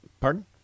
Pardon